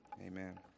Amen